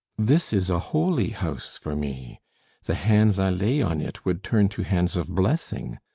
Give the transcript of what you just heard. this is a holy house for me the hands i lay on it would turn to hands of blessing.